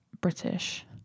British